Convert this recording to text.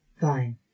Fine